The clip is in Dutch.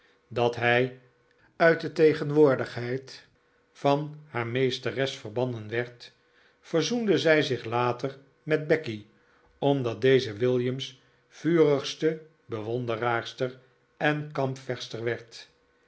dat hij uit de tegen woordigheid van haar meesteres verbannen werd verzoende zij zich later met becky omdat deze williams vurigste bewonderaarster